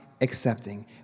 accepting